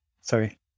Sorry